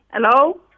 Hello